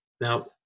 now